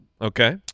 Okay